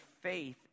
faith